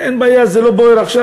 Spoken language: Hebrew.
אין בעיה, זה לא בוער עכשיו.